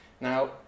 Now